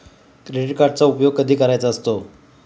Credit कार्डचा उपयोग कधी करायचा असतो?